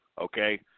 Okay